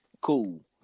cool